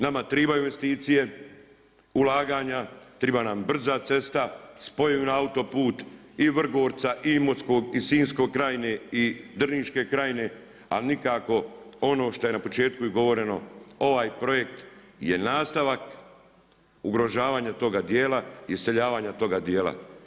Nama trebaju investicije, ulaganja, treba nam brza cesta spojena na autoput i Vrgorca i Imotskog i Sinjske krajine i Drniške krajine ali nikako ono što je na početku i govoreno, ovaj projekt je nastavak ugrožavanja toga djela, iseljavanja toga djela.